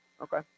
Okay